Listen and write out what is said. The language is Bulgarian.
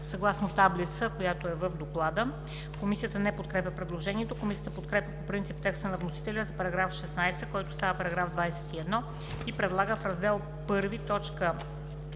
„съгласно таблица, която е в Доклада“. Комисията не подкрепя предложението. Комисията подкрепя по принцип текста на вносителя за § 16, който става § 21 и предлага в Раздел І,